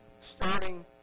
starting